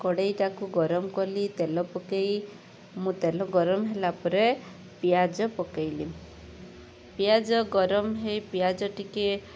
କଡ଼େଇଟାକୁ ଗରମ କଲି ତେଲ ପକେଇ ମୁଁ ତେଲ ଗରମ ହେଲା ପରେ ପିଆଜ ପକାଇଲି ପିଆଜ ଗରମ ହେଇ ପିଆଜ ଟିକିଏ